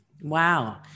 Wow